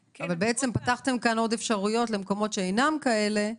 פתחתם כאן עוד אפשרויות למקומות שאינם כאלה,